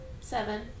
Seven